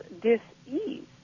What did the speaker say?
dis-ease